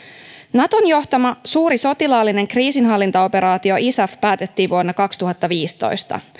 naton johtama suuri sotilaallinen kriisinhallintaoperaatio isaf päätettiin vuonna kaksituhattaviisitoista